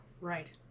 right